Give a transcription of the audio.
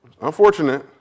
Unfortunate